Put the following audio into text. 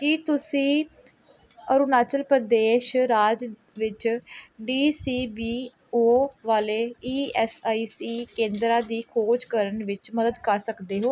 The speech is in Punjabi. ਕੀ ਤੁਸੀਂ ਅਰੁਣਾਚਲ ਪ੍ਰਦੇਸ਼ ਰਾਜ ਵਿੱਚ ਡੀ ਸੀ ਬੀ ਓ ਵਾਲੇ ਈ ਐਸ ਆਈ ਸੀ ਕੇਂਦਰਾਂ ਦੀ ਖੋਜ ਕਰਨ ਵਿੱਚ ਮਦਦ ਕਰ ਸਕਦੇ ਹੋ